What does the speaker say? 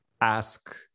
ask